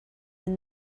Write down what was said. and